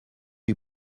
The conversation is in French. lui